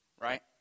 right